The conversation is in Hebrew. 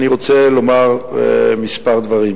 אני רוצה לומר כמה דברים.